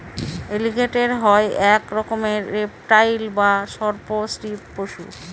এলিগেটের হয় এক রকমের রেপ্টাইল বা সর্প শ্রীপ পশু